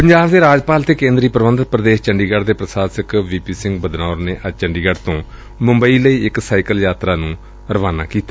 ਪੰਜਾਬ ਦੇ ਰਾਜਪਾਲ ਅਤੇ ਕੇਂਦਰੀ ਪ੍ਰਬੰਧਤ ਪ੍ਰਦੇਸ਼ ਚੰਡੀਗੜ ਦੇ ਪ੍ਰਸ਼ਾਸਕ ਵੀ ਪੀ ਸਿੰਘ ਬਦਨੌਰ ਨੇ ਅੱਜ ਚੰਡੀਗੜ੍ਹ ਤੋਂ ਮੁੰਬਈ ਲਈ ਇਕ ਸਾਈਕਲ ਯਾਤਰਾ ਨੂੰ ਰਵਾਨਾ ਕੀਤਾ